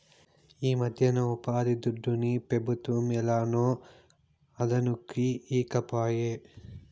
ఈమధ్యన ఉపాధిదుడ్డుని పెబుత్వం ఏలనో అదనుకి ఈకపాయే